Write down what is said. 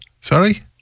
Sorry